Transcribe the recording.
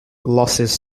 losses